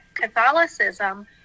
Catholicism